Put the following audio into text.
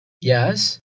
Yes